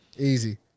easy